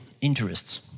interests